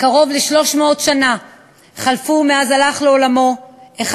קרוב ל-300 שנה חלפו מאז הלך לעולמו אחד